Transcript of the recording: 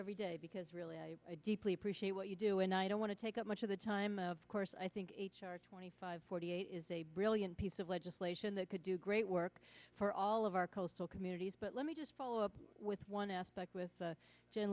every day because i deeply appreciate what you do and i don't want to take up much of the time of course i think twenty five forty eight is a brilliant piece of legislation that could do great work for all of our coastal communities but let me just follow up with one aspect with